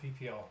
PPL